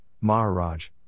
Maharaj